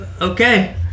Okay